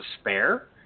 spare